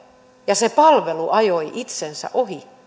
ja se palvelu ajoi itsensä ohi